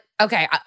Okay